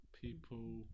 people